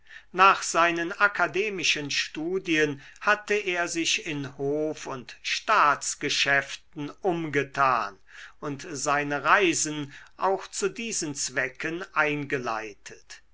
nach seinen akademischen studien hatte er sich in hof und staatsgeschäften umgetan und seine reisen auch zu diesen zwecken eingeleitet